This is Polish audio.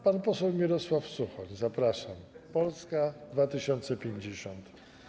Pan poseł Mirosław Suchoń, zapraszam, Polska 2050.